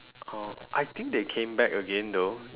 oh I think they came back again though